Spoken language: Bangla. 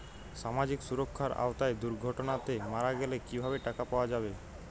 সামাজিক সুরক্ষার আওতায় দুর্ঘটনাতে মারা গেলে কিভাবে টাকা পাওয়া যাবে?